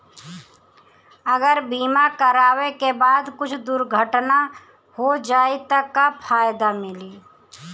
अगर बीमा करावे के बाद कुछ दुर्घटना हो जाई त का फायदा मिली?